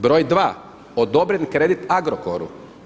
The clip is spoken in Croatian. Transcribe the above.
Broj dva, odobren kredit Agrokoru.